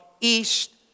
East